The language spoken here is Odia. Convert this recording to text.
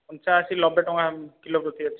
ପଞ୍ଚାଅଶି ନବେ ଟଙ୍କା କିଲୋ ପ୍ରତି ଅଛି